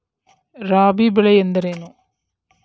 ರಾಬಿ ಬೆಳೆ ಎಂದರೇನು?